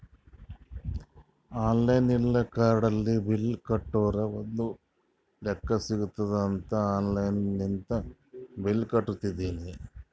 online ಇಲ್ಲ ಕಾರ್ಡ್ಲೆ bill ಕಟ್ಟುರ್ ಒಂದ್ ಲೆಕ್ಕಾ ಸಿಗತ್ತುದ್ ಅಂತ್ ಆನ್ಲೈನ್ ಲಿಂತೆ ಬಿಲ್ ಕಟ್ಟತ್ತಿನಿ